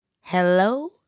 Hello